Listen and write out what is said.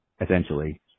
essentially